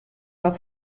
war